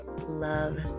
love